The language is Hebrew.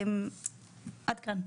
עד כאן.